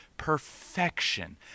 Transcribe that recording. Perfection